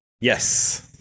Yes